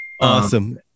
awesome